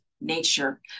nature